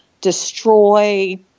destroy